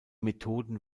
methoden